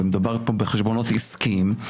ומדובר פה על חשבונות עסקיים,